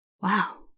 Wow